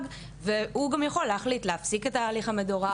והוא גם יכול להחליט להפסיק את ההליך המדורג.